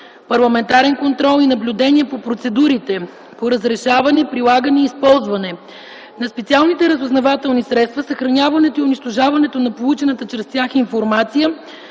парламентарен контрол и наблюдение на процедурите по разрешаване, прилагане и използване на специалните разузнавателни средства, съхраняването и унищожаването на получената чрез тях информация,